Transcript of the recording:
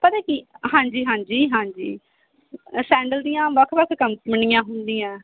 ਪਤਾ ਕੀ ਹਾਂਜੀ ਹਾਂਜੀ ਹਾਂਜੀ ਸੈਂਡਲ ਦੀਆਂ ਵੱਖ ਵੱਖ ਕੰਪਨੀਆਂ ਹੁੰਦੀਆਂ